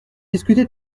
discuter